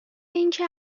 اینکه